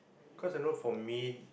cause I know for me